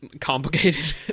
complicated